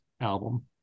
album